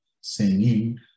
singing